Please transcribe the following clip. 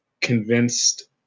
convinced